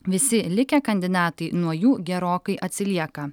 visi likę kandidatai nuo jų gerokai atsilieka